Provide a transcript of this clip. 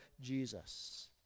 Jesus